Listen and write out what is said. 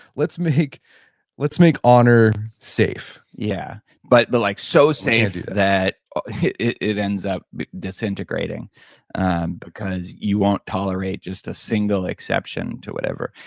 let's make let's make honor safe yeah, but but like so safe that it it ends up disintegrating and because you won't tolerate just a single exception to whatever.